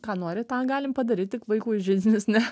ką nori tą galim padaryt tik vaikų į židinius ne